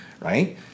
right